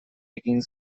egin